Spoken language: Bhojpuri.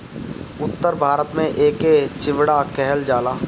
उत्तर भारत में एके चिवड़ा कहल जाला